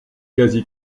quasi